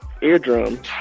Eardrum